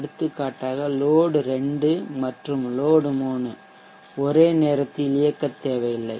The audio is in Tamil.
எடுத்துக்காட்டாக லோட் 2 மற்றும் லோட் 3 ஒரே நேரத்தில் இயக்கத்தேவையில்லை